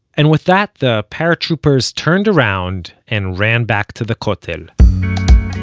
and with that, the paratroopers turned around, and ran back to the kotel